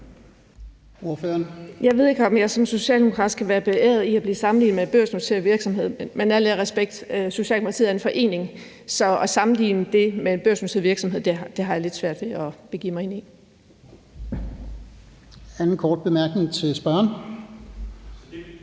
Jeg ved ikke, om jeg som socialdemokrat skal være beæret over at blive sammenlignet med en børsnoteret virksomhed. Men med al ære og respekt er Socialdemokratiet en forening, og at sammenligne det med en børsnoteret virksomhed har jeg lidt svært ved at begive mig ind på. Kl. 13:42 Fjerde næstformand